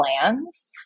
plans